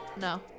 No